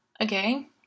okay